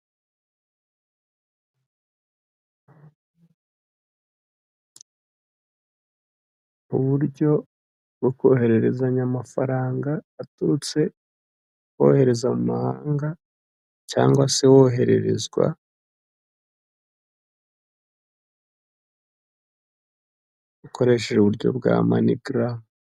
Uburyo bwo kohererezanya amafaranga aturutse wohereza mumahanga cyangwa se wohererezwa ukoresheje uburyo bwa manipura.